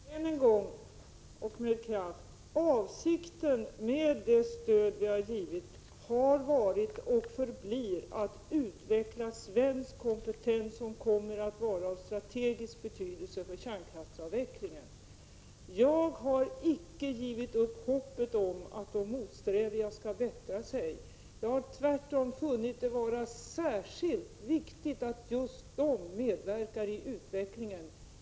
Herr talman! Än en gång och med kraft: Avsikten med det stöd som vi har gett har varit och förblir att utveckla svensk kompetens som kommer att vara av strategisk betydelse för kärnkraftsavvecklingen. Jag har inte gett upp hoppet om att de motsträviga skall bättra sig. Jag har tvärtom funnit det vara särskilt viktigt att just de medverkar i utvecklingen.